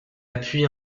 appuie